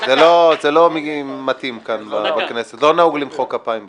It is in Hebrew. לא נהוג למחוא כפיים בכנסת.